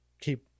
keep